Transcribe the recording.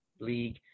league